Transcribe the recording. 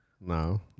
No